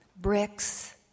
bricks